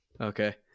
okay